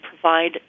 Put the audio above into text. provide